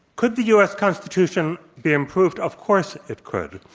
could the u. s. constitution be improved? of course, it could.